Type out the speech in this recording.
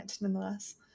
nonetheless